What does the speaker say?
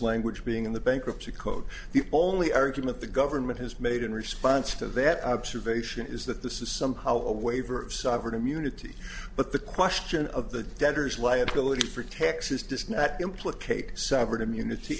language being in the bankruptcy code the only argument the government has made in response to that observation is that this is somehow a waiver of sovereign immunity but the question of the debtors liability for texas does not implicate sovereign immunity